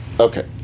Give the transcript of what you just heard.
Okay